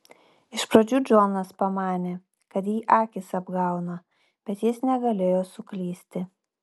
iš pradžių džonas pamanė kad jį akys apgauna bet jis negalėjo suklysti